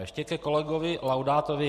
A ještě ke kolegovi Laudátovi.